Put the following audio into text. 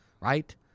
right